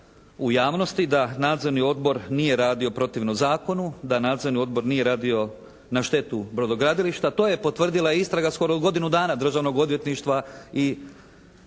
u javnosti da nadzorni odbor nije radio protivno zakonu, da nadzorni odbor nije radio na štetu brodogradilišta. To je potvrdila istraga skoro godinu dana državnog odvjetništva i policije